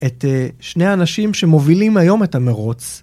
את שני האנשים שמובילים היום את המרוץ.